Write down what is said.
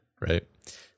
Right